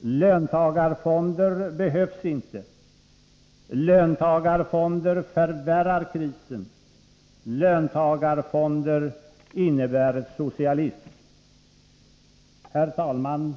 Löntagarfonder behövs inte, löntagarfonder förvärrar krisen. Löntagarfonder innebär socialism. Herr talman!